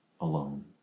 alone